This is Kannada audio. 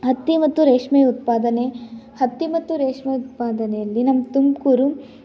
ಹತ್ತಿ ಮತ್ತು ರೇಷ್ಮೆ ಉತ್ಪಾದನೆ ಹತ್ತಿ ಮತ್ತು ರೇಷ್ಮೆ ಉತ್ಪಾದನೆಯಲ್ಲಿ ನಮ್ಮ ತುಮಕೂರು